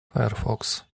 firefox